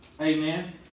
Amen